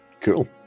cool